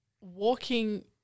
walking